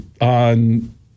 on